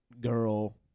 girl